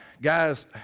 Guys